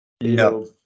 No